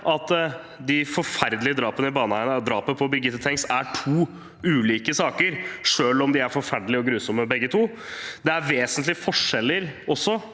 i Baneheia og drapet på Birgitte Tengs er to ulike saker, selv om de er forferdelige og grusomme begge to. Det er også vesentlige forskjeller